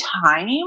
time